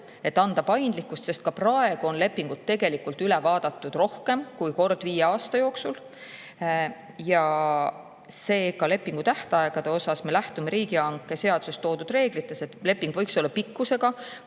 juurde paindlikkust, sest ka praegu on lepinguid tegelikult üle vaadatud rohkem kui kord viie aasta jooksul. Ka lepingu tähtaegade puhul me lähtume riigihangete seaduses toodud reeglitest: leping võiks olla pikkusega